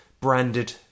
branded